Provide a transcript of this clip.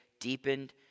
deepened